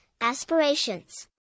aspirations